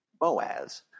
Boaz